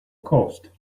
cost